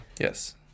Yes